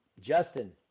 Justin